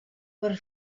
per